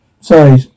Sorry